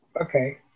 Okay